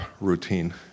routine